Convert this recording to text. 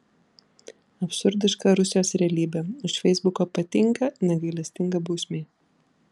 absurdiška rusijos realybė už feisbuko patinka negailestinga bausmė